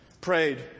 prayed